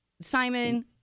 Simon